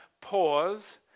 pause